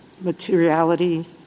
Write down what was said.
materiality